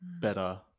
better